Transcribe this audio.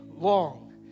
long